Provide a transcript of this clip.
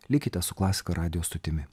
likite su klasika radijo stotimi